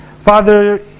Father